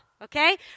okay